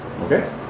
Okay